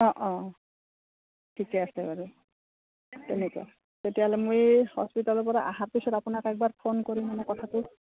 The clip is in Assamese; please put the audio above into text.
অঁ অঁ ঠিকে আছে বাৰু তেনেকুৱা তেতিয়াহ'লে মই হস্পিটালৰ পৰা অহাৰ পিছত আপোনাক একবাৰ ফোন কৰিম মানে কথাটো